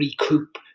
recoup